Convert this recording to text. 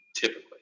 Typically